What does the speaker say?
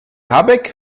habeck